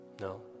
No